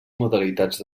modalitats